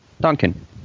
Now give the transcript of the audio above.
Duncan